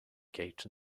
gate